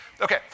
Okay